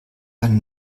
eine